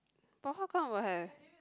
but how come will have